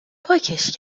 پاکش